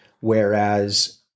Whereas